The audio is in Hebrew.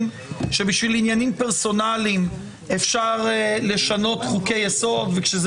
שבשביל עניינים פרסונליים אפשר לשנות חוקי יסוד וכשזה